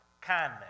kindness